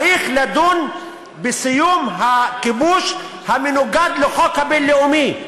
צריך לדון בסיום הכיבוש המנוגד לחוק הבין-לאומי.